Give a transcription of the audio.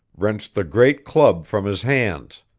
wrenched the great club from his hands.